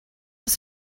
was